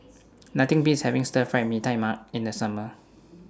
Nothing Beats having Stir Fried Mee Tai Mak in The Summer